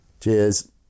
Cheers